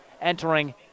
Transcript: entering